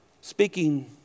speaking